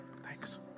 Thanks